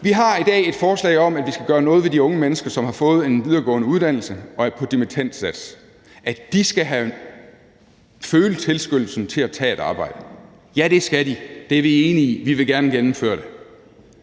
Vi har i dag et forslag om, at vi skal gøre noget ved de unge mennesker, som har fået en videregående uddannelse og er på dimittendsats, at de skal føle tilskyndelsen til at tage et arbejde. Ja, det skal de, det er vi enige i, vi vil gerne gennemføre det,